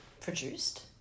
produced